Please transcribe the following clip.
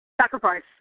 Sacrifice